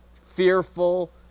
Fearful